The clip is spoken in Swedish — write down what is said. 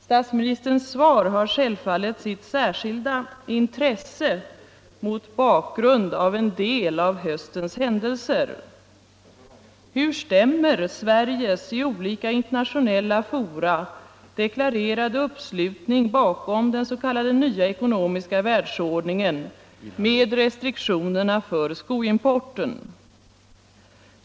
Statsministerns svar har självfallet sitt särskilda intresse mot bakgrund av en del av höstens händelser. Hur stämmer Sveriges i olika internationella fora deklarerade uppslutning bakom den s.k. nya ekonomiska världsordningen med restriktionerna för skoimporten?